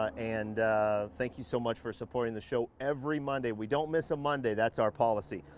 ah and thank you so much for supporting the show every monday. we don't miss a monday. that's our policy.